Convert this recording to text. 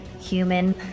human